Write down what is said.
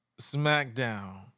Smackdown